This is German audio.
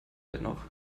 dennoch